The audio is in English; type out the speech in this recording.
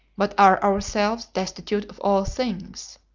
but are ourselves destitute of all things.